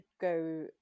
go